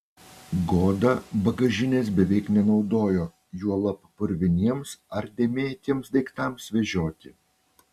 goda bagažinės beveik nenaudojo juolab purviniems ar dėmėtiems daiktams vežioti